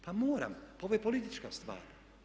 Pa moram, pa ovo je politička stvar.